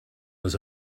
was